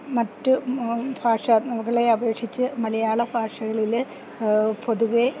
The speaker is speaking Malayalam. മറ്റ് ഭാഷകളെ അപേക്ഷിച്ച് മലയാള ഭാഷകളില് പൊതുവെ